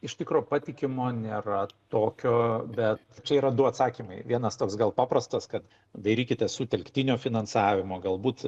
iš tikro patikimo nėra tokio bet čia yra du atsakymai vienas toks gal paprastas kad dairykitės sutelktinio finansavimo galbūt